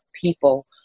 people